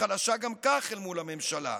החלשה גם כך אל מול הממשלה.